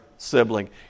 sibling